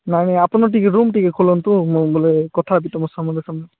ନାଇଁ ନାଇଁ ଆପଣ ଟିକେ ରୁମ୍ ଟିକେ ଖୋଲନ୍ତୁ ମୁଁ ବୋଲେ କଥା ହେବି ତୁମ ସାମ୍ନାସାମ୍ନି